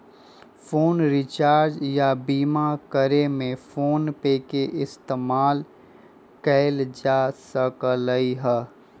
phone recharge या बीमा करे में फोनपे के इस्तेमाल कएल जा सकलई ह